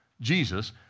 Jesus